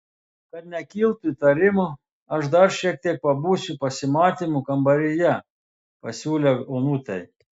kad nekiltų įtarimo aš dar šiek tiek pabūsiu pasimatymų kambaryje pasiūliau onutei